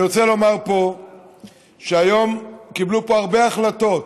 אני רוצה לומר שהיום קיבלו פה הרבה החלטות,